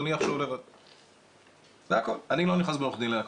זה הכול, אני לא נכנס בין עורך דין ולקוח.